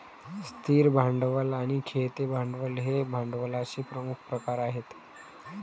स्थिर भांडवल आणि खेळते भांडवल हे भांडवलाचे प्रमुख प्रकार आहेत